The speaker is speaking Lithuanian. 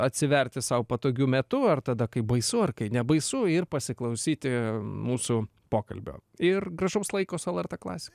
atsiverti sau patogiu metu ar tada kai baisu ar kai nebaisu ir pasiklausyti mūsų pokalbio ir gražaus laiko su lrt klasika